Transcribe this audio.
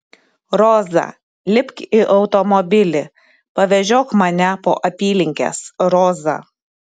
roza lipk į automobilį pavežiok mane po apylinkes roza